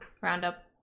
roundup